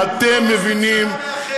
הוא לא ראש ממשלה מאחד,